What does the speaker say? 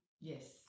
Yes